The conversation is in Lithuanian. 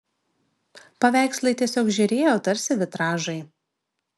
paveikslai tiesiog žėrėjo tarsi vitražai